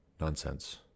nonsense